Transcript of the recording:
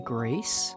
Grace